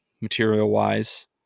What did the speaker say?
material-wise